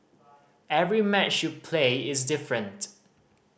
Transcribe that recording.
every match you play is different